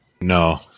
No